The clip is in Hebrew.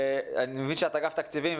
אני מבין שאת אגף התקציבים,